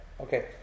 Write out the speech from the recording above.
Okay